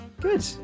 good